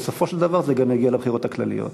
ובסופו של דבר זה גם יגיע לבחירות הכלליות.